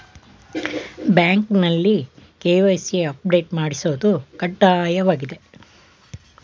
ಬ್ಯಾಂಕ್ನಲ್ಲಿ KYC update ಮಾಡಿಸೋದು ಕಡ್ಡಾಯವಾಗಿದೆ